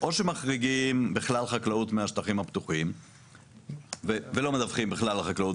או שמחריגים בכלל חקלאות מהשטחים הפתוחים ולא מדווחים בכלל על החקלאות,